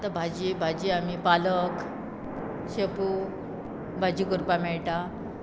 आतां भाजी भाजी आमी पालक शेपू भाजी करपाक मेळटा